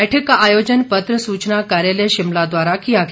बैठक का आयोजन पत्र सूचना कार्यालय शिमला द्वारा किया गया